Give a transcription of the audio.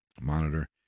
monitor